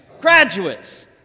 graduates